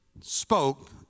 spoke